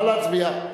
נא להצביע.